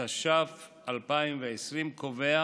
התש"ף 2020, קובע